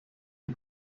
die